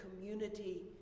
community